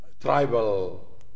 tribal